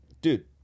dude